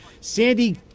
Sandy